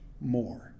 more